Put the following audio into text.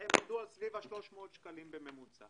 הם עמדו על 300 שקלים בממוצע.